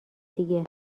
دیگه